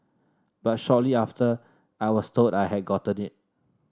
but shortly after I was told I had gotten it